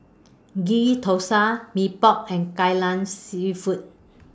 Ghee Thosai Mee Pok and Kai Lan Seafood